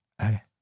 Okay